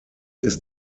ist